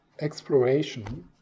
exploration